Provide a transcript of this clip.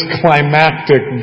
climactic